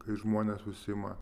kai žmonės užsiima